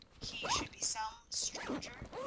he should be some stranger?